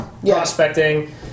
prospecting